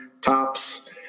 tops